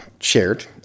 shared